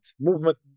movement